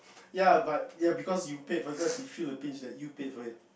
ya but ya because you paid because you feel the pinch that you paid for it